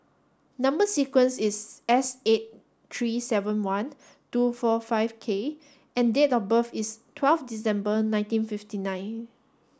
number sequence is S eight three seven one two four five K and date of birth is twelve December nineteen fifty nine